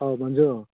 ꯑꯥꯎ ꯃꯟꯖꯨ